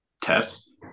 test